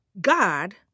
God